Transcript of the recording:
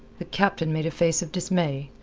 the captain made a face of dismay.